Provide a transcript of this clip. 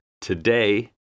Today